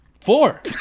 Four